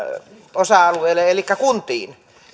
osa alueellenne elikkä kuntiin